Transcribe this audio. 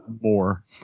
more